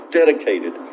dedicated